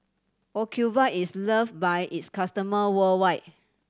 Ocuvite is loved by its customer worldwide